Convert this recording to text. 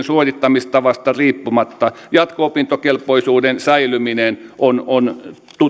suorittamistavasta riippumatta jatko opintokelpoisuuden säilyminen on on